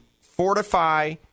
Fortify